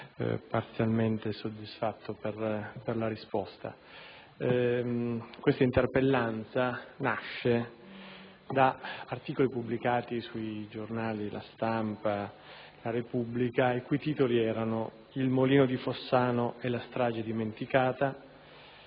parzialmente soddisfatto per la risposta. Questa interpellanza nasce da articoli pubblicati sui giornali «La Stampa» e «la Repubblica», i cui titoli riportavano: «Il Molino di Fossano e la strage dimenticata»,